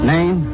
Name